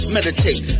Meditate